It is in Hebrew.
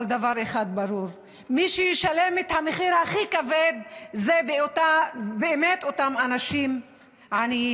אבל דבר אחד ברור: מי שישלם את המחיר הכי כבד זה באמת אותם אנשים עניים,